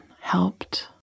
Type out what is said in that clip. helped